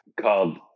called